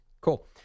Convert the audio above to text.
Cool